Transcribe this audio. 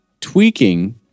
tweaking